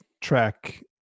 track